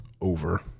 over